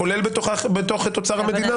כוללת גם את אוצר המדינה?